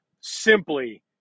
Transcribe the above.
simply